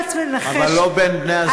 אבל לא בין בני-זוג מאותו המין.